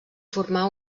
formar